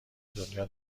دنیا